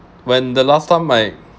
when the last time my